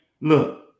Look